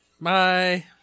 bye